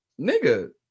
nigga